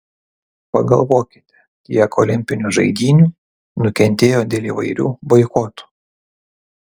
pagalvokite kiek olimpinių žaidynių nukentėjo dėl įvairių boikotų